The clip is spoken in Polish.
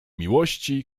miłości